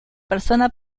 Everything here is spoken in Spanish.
persona